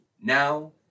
Now